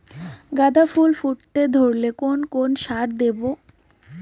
গাদা ফুল ফুটতে ধরলে কোন কোন সার দেব?